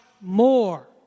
more